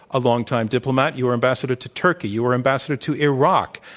a long-time diplomat. you were ambassador to turkey. you were ambassador to iraq.